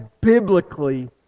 biblically